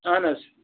اہن حظ